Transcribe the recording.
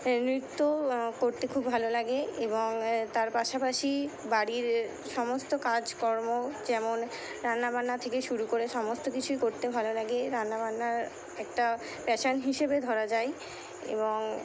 নৃত্য করতে খুব ভালো লাগে এবং তার পাশাপাশি বাড়ির সমস্ত কাজকর্ম যেমন রান্নাবান্না থেকে শুরু করে সমস্ত কিছুই করতে ভালো লাগে রান্নাবান্নার একটা প্যাশন হিসেবে ধরা যায় এবং